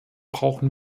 brauchen